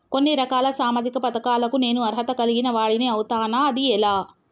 కొన్ని రకాల సామాజిక పథకాలకు నేను అర్హత కలిగిన వాడిని అవుతానా? అది ఎలా?